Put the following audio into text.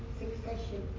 succession